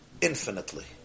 infinitely